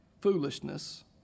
foolishness